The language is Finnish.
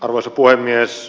arvoisa puhemies